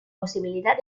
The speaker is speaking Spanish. posibilidad